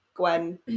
Gwen